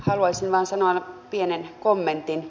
haluaisin vain sanoa pienen kommentin